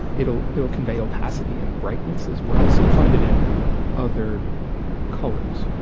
it'll it'll convey opacity and brightness as well, so you find it in other colors.